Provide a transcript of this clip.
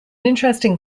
interesting